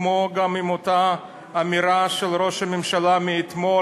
כמו גם עם אותה אמירה של ראש הממשלה אתמול,